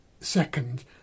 second